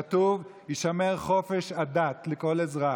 כתוב: "יישמר חופש הדת לכל אזרח".